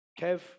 Kev